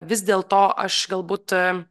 vis dėlto aš galbūt